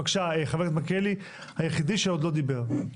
בבקשה, חבר הכנסת מלכיאלי, היחיד שעוד לא דיבר.